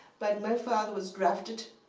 but my father was drafted.